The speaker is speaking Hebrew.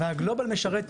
והגלובאל משרת,